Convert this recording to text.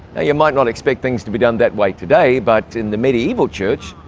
you might not expect things to be done that way today, but in the medieval church,